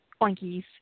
Oinkies